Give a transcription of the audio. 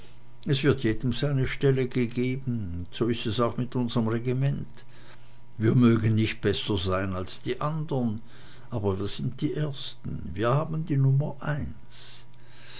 es wird jedem seine stelle gegeben und so ist es auch mit unserm regiment wir mögen nicht besser sein als die andern aber wir sind die ersten wir haben die nummer eins